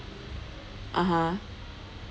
(uh huh)